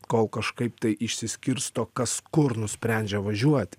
kol kažkaip tai išsiskirsto kas kur nusprendžia važiuoti